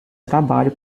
trabalho